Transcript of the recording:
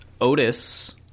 Otis